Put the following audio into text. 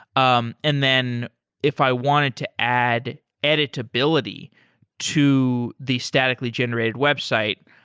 um and then if i wanted to add editability to the statically generated website,